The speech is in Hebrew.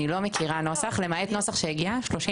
אני לא מכירה נוסח למעט נוסח שהגיע 35 דקות לפני ישיבת הוועדה.